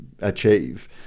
achieve